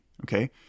Okay